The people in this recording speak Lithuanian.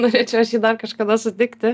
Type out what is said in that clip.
norėčiau aš jį dar kažkada sutikti